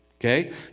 okay